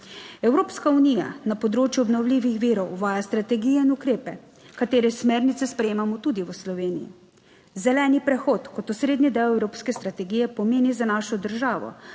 Evropska unija na področju obnovljivih virov uvaja strategije in ukrepe, katere smernice sprejemamo tudi v Sloveniji. Zeleni prehod kot osrednji del evropske strategije pomeni za našo državo